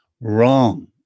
wrong